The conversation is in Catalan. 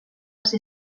ser